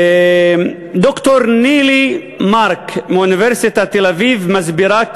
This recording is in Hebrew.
ד"ר נילי מארק מאוניברסיטת תל-אביב מסבירה: